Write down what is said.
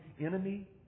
enemy